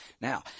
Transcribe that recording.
Now